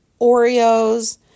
Oreos